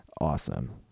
awesome